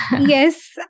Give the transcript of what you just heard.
Yes